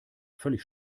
völlig